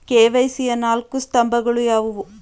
KYC ಯ ನಾಲ್ಕು ಸ್ತಂಭಗಳು ಯಾವುವು?